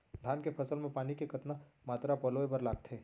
धान के फसल म पानी के कतना मात्रा पलोय बर लागथे?